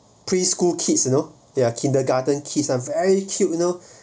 preschool kids you know they are kindergarten kids they're very cute you know